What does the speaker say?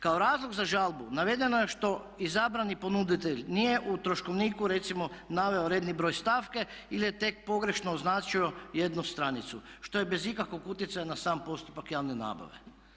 Kao razlog za žalbu navedeno je što izabrani ponuditelj nije u troškovniku recimo naveo redni broj stavke ili je tek pogrešno označio jednu stranicu, što je bez ikakvog utjecaja na sam postupak javne nabave.